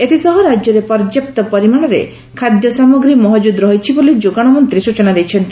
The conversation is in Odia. ଏଥିସହ ରାଜ୍ୟରେ ପର୍ଯ୍ୟାପ୍ତ ପରିମାଣରେ ଖାଦ୍ୟ ସାମଗ୍ରୀ ମହକ୍ରଦ୍ ରହିଛି ବୋଲି ଯୋଗାଣ ମନ୍ତୀ ସ୍ଚନା ଦେଇଛନ୍ତି